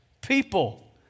people